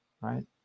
Right